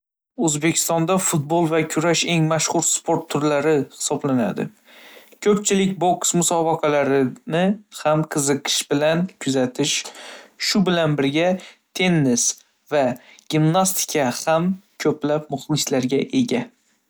O'zbekistonda futbol va kurash eng mashhur sport turlari hisoblanadi. Ko'pchilik boks musobaqalarini ham qiziqish bilan kuzatadi. Shu bilan birga, tennis va gimnastika ham ko‘plab muxlislarga ega.